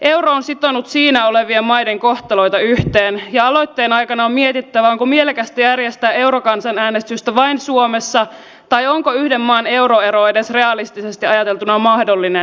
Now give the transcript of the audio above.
euro on sitonut siinä olevien maiden kohtaloita yhteen ja aloitteen aikana on mietittävä onko mielekästä järjestää eurokansanäänestystä vain suomessa tai onko yhden maan euroero edes realistisesti ajateltuna mahdollinen